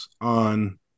on